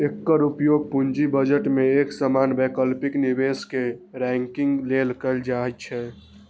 एकर उपयोग पूंजी बजट मे एक समान वैकल्पिक निवेश कें रैंकिंग लेल कैल जाइ छै